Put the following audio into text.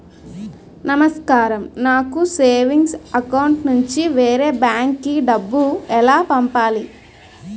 నమస్కారం నాకు savings account నుంచి వేరే బ్యాంక్ కి డబ్బు ఎలా పంపాలి?